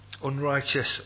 unrighteous